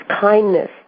kindness